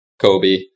kobe